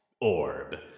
orb